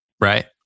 Right